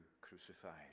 crucified